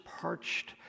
parched